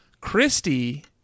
Christy